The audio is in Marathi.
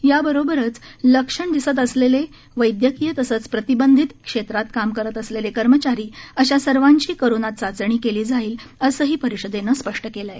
यासोबतच लक्षण दिसत असलेले वस्क्रीय तसंच प्रतिबंधित क्षेत्रात काम करत असलेले कर्मचारी अशा सर्वांची कोरोना चाचणी केली जाईल असंही परिषदेनं स्पष्ट केलं आहे